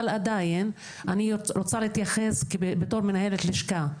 אבל עדיין אני רוצה להתייחס בתור מנהלת לשכה,